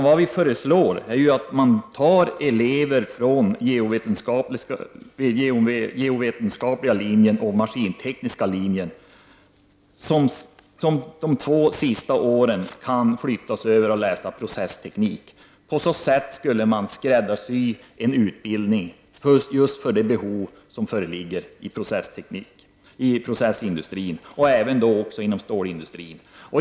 Vad vi föreslår är att elever på geovetenskapliga linjen och maskintekniska linjen flyttas över till att de två sista åren läsa processteknik. På så sätt skulle man skräddarsy en utbildning just för det behov som föreligger inom processindustrin och även inom stålindustrin.